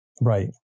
Right